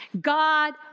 God